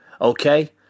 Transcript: okay